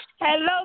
Hello